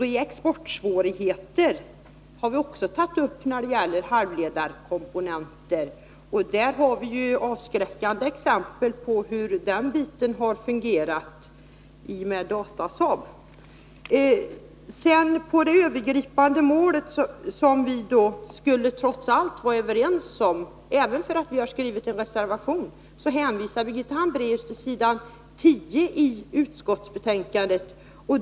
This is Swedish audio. Vi har också tagit upp reeexportsvårigheter när det gäller halvledarkomponenter, och det finns avskräckande exempel på hur det har fungerat på det området, t.ex. i Datasaab. Beträffande de övergripande målen, som vi skulle vara överens om trots att vi har skrivit en reservation, hänvisar Birgitta Hambraeus till s. 10 i utskottsbetänkandet.